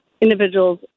individuals